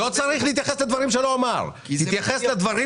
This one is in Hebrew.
אין בעיה,